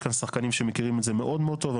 יש כאן שחקנים שמכירים את זה מאוד מאוד טוב.